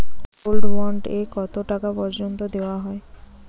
Gold bond এ কতো টাকা পর্যন্ত দেওয়া হয়?